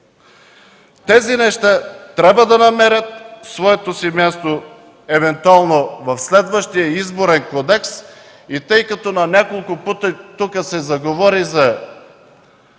Тези неща трябва да намерят мястото си евентуално в следващия Изборен кодекс. Тъй като тук на няколко пъти се заговори за